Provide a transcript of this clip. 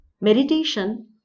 meditation